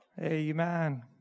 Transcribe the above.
Amen